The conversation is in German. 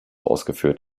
ausgeführt